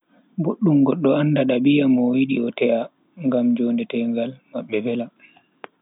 Boddum goddo anda dabia'a mo o yidi o te'a ngam jonde tegal mabbe vela.